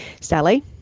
Sally